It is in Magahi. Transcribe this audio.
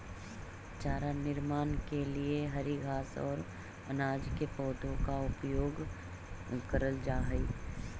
चारा निर्माण के लिए हरी घास और अनाज के पौधों का प्रयोग करल जा हई